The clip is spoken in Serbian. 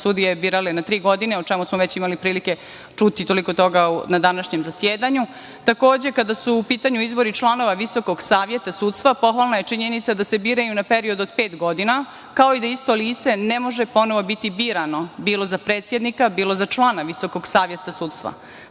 sudije birale na tri godine, o čemu smo već imali prilike čuti toliko toga na današnjem zasedanju. Kada su u pitanju izbori članova Visokog saveta sudstva, pohvalna je činjenica da se biraju na period od pet godina, kao i da isto lice ne može ponovo biti birano bilo za predsednika, bilo za člana Visokog saveta sudstva.